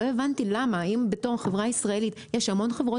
לא הבנתי למה אם בתור חברה ישראלית ויש המון חברות